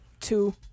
two